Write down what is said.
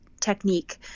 technique